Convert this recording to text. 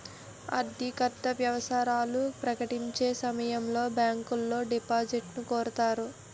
ఆర్థికత్యవసరాలు ప్రకటించే సమయంలో బ్యాంకులో డిపాజిట్లను కోరుతాయి